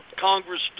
Congress